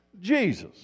Jesus